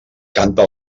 canta